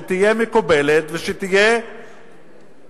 שתהיה מקובלת ותעבור,